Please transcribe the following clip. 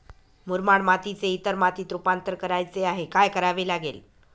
मुरमाड मातीचे इतर मातीत रुपांतर करायचे आहे, काय करावे लागेल?